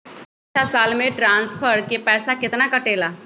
अछा साल मे ट्रांसफर के पैसा केतना कटेला?